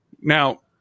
Now